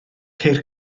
ceir